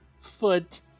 foot